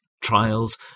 trials